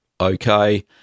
okay